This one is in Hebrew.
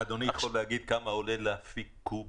אדוני יכול להגיד כמה עולה להפיק קוב